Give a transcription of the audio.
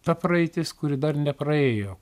ta praeitis kuri dar nepraėjo